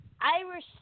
Irish